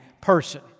person